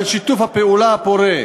על שיתוף הפעולה הפורה,